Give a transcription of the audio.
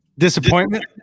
Disappointment